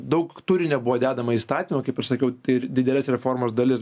daug turinio buvo dedama įstatyme kaip aš sakiau ir didelės reformos dalis